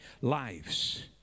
lives